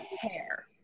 hair